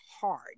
hard